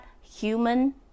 human